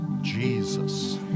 Jesus